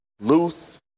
Loose